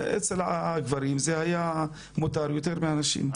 אצל הגברים זה היה מותר יותר מהנשים.